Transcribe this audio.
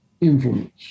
influence